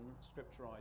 Scripture